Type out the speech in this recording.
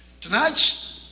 Tonight's